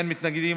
אין מתנגדים,